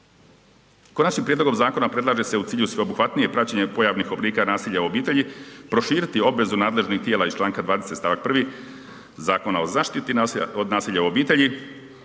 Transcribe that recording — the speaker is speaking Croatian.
Konačnim prijedlogom zakona predlaže se u cilju sveobuhvatnije praćenje pojavnih oblika nasilja u obitelji proširiti obvezu nadležnih tijela iz čl. 20. stavak 1. Zakona o zaštiti od nasilja u obitelji